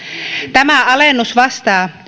tämä alennus vastaa